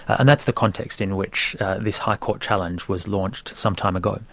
and that's the context in which this high court challenge was launched some time ago.